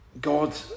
God